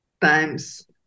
times